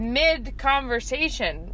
mid-conversation